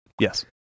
yes